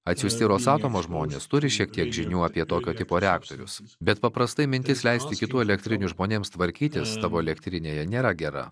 atsiųsti rosatomo žmonės turi šiek tiek žinių apie tokio tipo reaktorius bet paprastai mintis leisti kitų elektrinių žmonėms tvarkytis savo elektrinėje nėra gera